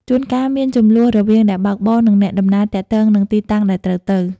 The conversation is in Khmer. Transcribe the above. ជួនកាលមានជម្លោះរវាងអ្នកបើកបរ និងអ្នកដំណើរទាក់ទងនឹងទីតាំងដែលត្រូវទៅ។